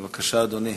בבקשה, אדוני.